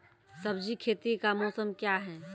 सब्जी खेती का मौसम क्या हैं?